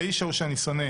והאיש ההוא שאני שונא